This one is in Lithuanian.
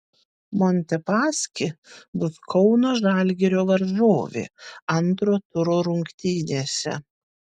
montepaschi bus kauno žalgirio varžovė antro turo rungtynėse